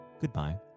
goodbye